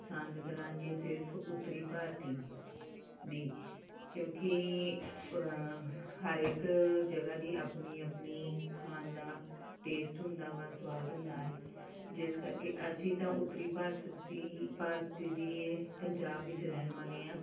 ਪਸੰਦ ਕਰਾਂਗੇ ਸਿਰਫ ਉੱਤਰੀ ਭਾਰਤੀ ਦੀ ਕਿਉਂਕਿ ਹਰ ਇੱਕ ਜਗ੍ਹਾ ਦੀ ਆਪਣੀ ਆਪਣੀ ਖਾਣ ਦਾ ਟੇਸਟ ਹੁੰਦਾ ਵਾ ਸਵਾਦ ਹੁੰਦਾ ਹੈ ਜਿਸ ਕਰਕੇ ਅਸੀਂ ਤਾਂ ਉੱਤਰੀ ਭਾਰਤ ਦੀ ਭਾਰਤ ਦੀ ਏ ਪੰਜਾਬ ਵਿੱਚ ਰਹਿਣ ਵਾਲੇ ਹਾਂ